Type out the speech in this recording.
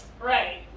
Right